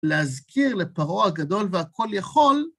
להזכיר לפרעה הגדול והכול יכול.